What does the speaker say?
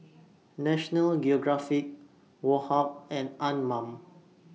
National Geographic Woh Hup and Anmum